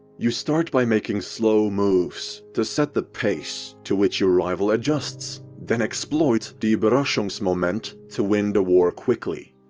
you start by making slow moves to set the pace to which your rival adjusts, then exploit the uberraschungsmoment to win the war quickly.